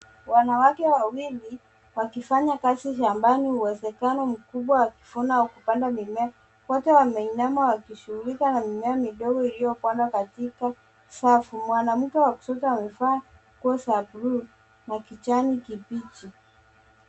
Wanawake wawili, wakifanya kazi shambani uwezekano mkubwa wa kuvuna na kupanda mimea. Wote wameinama wakishughulika na mimea midogo iliyopandwa katika safu. Mwanamke wa kushoto amevaa nguo za buluu na kijani kibichi.